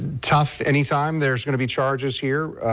tough any time there's going to be charges here,